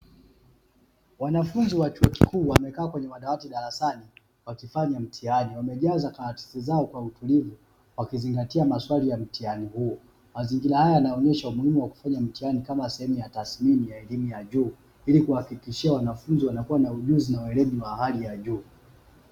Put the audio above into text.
Wanafunzi wa chuo kikuu wakiwa wamekaa kwenye madawati darasani , wakifanya mtihani, wamejaza karatasi zao kwa utuli wakizingatia maswali ya mtihani huo. Mazingira haya yanonyesha umuhimu wa kufanya mtihani kama sehemu ya tasmini ya elimu ya juu, ili kuhakikishia wanafunzi wanakuwa na ujuzi na weledi wa hali ya juu.